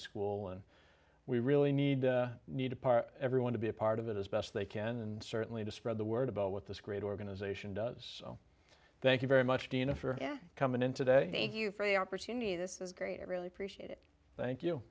school and we really need need to par everyone to be a part of it as best they can and certainly to spread the word about what this great organization does so thank you very much dina for coming in today you for the opportunity this is great i really appreciate it thank you